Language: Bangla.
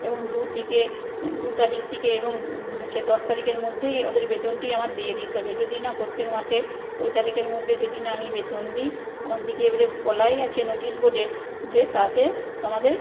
এবং দু থেকে দু তারিখ থেকে এবং হচ্ছে দশ তারিখের মধ্যেই ওদের বেতনটি আমার দিয়ে দিতে হবে যদি না প্রত্যেক মাসে ওই তারিখের মধ্যে যদি না আমি বেতন দিই আমার দিকে এবারে বলাই আছে নোটিশ বোর্ডে যে তাতে তোমাদের